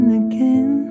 again